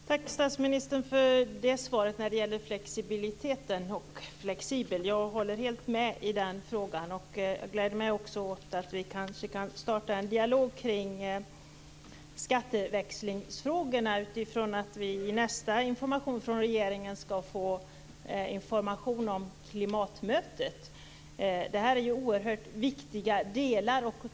Fru talman! Tack, statsministern, för svaret om vad som menas med flexibilitet och flexibel. Jag håller helt med statsministern på den punkten. Jag gläder mig också åt att vi kanske kan starta en dialog kring skatteväxlingsfrågorna, utifrån att vi som nästa punkt på dagordningen skall få information från regeringen om klimatmötet. Det här är oerhört viktiga delar.